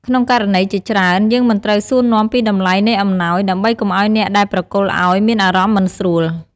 ក្នុងករណីជាច្រើន យើងមិនត្រូវសួរនាំពីតម្លៃនៃអំណោយ ដើម្បីកុំឱ្យអ្នកដែលប្រគល់អោយមានអារម្មណ៍មិនស្រួល។